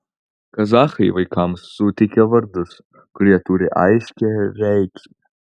kazachai vaikams suteikia vardus kurie turi aiškią reikšmę